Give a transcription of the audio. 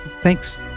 Thanks